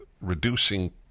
reducing